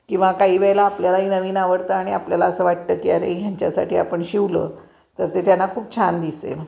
किंवा काही वेळेला आपल्यालाही नवीन आवडतं आणि आपल्याला असं वाटतं की अरे ह्यांच्यासाठी आपण शिवलं तर ते त्यांना खूप छान दिसेल